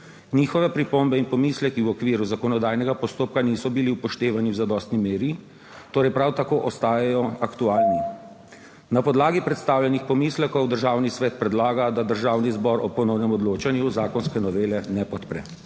Njihove pripombe in pomisleki v okviru zakonodajnega postopka niso bili upoštevani v zadostni meri, torej prav tako ostajajo aktualni. / znak za konec razprave/ Na podlagi predstavljenih pomislekov Državni svet predlaga, da Državni zbor o ponovnem odločanju zakonske novele ne podpre.